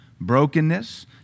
brokenness